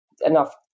enough